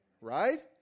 right